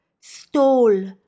Stole